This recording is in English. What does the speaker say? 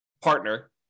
partner